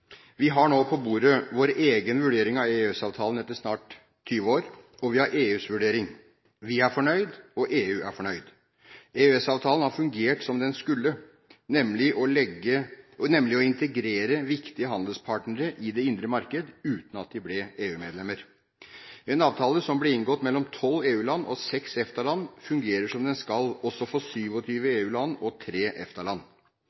Vi har nå på bordet vår egen vurdering av EØS-avtalen etter snart 20 år, og vi har EUs vurdering. Vi er fornøyd, og EU er fornøyd. EØS-avtalen har fungert som den skulle, nemlig å integrere viktige handelspartnere i det indre marked uten at de ble EU-medlemmer. En avtale som ble inngått mellom 12 EU-land og 6 EFTA-land, fungerer som den skal også for